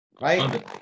Right